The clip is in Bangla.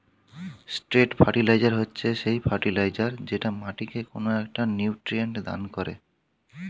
স্ট্রেট ফার্টিলাইজার হচ্ছে সেই ফার্টিলাইজার যেটা মাটিকে কোনো একটা নিউট্রিয়েন্ট দান করে